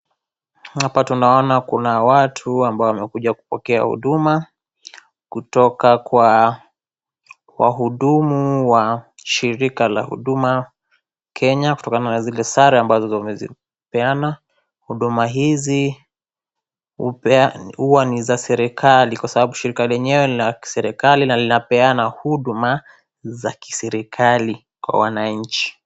Hapa tunaona kuna watu ambao wamekuja kupokea huduma, kutoka kwa wahudumu wa shirika la Huduma Kenya kutokana na zile sare ambazo wamezipeana . Huduma hizi huwa ni za serikari kwa sababu shirika lenyewe ni la kiserikari na linapeana huduma za kiserikari kwa wananchi.